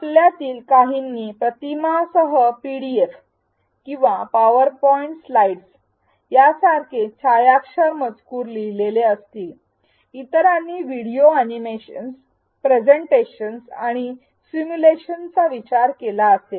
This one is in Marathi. आपल्यातील काहींनी प्रतिमांसह पीडीएफस किंवा पॉवरपॉईंट स्लाइड सारखे छायाक्षर मजकूर लिहिलेले असतील इतरांनी व्हिडिओ एनिमेशनस प्रेझेन्टेशनस आणि सिमुलेशनस चा विचार केला असेल